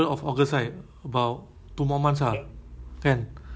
I think one or two weeks before ah two weeks before